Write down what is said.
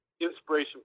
inspiration